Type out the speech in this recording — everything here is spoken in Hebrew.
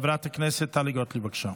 חברת הכנסת טלי גוטליב, בבקשה.